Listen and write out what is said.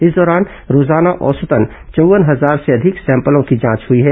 इस दौरान रोजाना औसतन चौव्वन हजार से अधिक सैंपलों की जांच हुई है